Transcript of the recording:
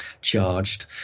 charged